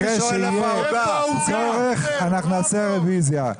במקרה שיהיה צורך אנחנו נעשה רביזיה.